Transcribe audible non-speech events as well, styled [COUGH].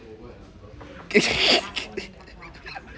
[LAUGHS]